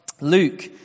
Luke